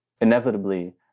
Inevitably